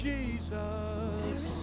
Jesus